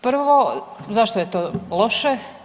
Prvo, zašto je to loše?